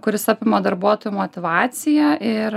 kuris apima darbuotojų motyvaciją ir